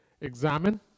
examine